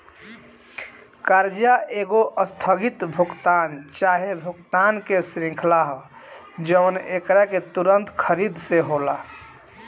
कर्जा एगो आस्थगित भुगतान चाहे भुगतान के श्रृंखला ह जवन एकरा के तुंरत खरीद से होला